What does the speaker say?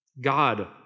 God